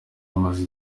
amaze